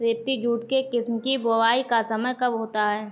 रेबती jute के किस्म की बुवाई का समय कब होता है?